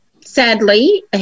sadly